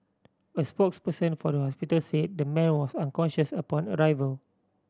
a spokesperson for the hospital say the man was unconscious upon arrival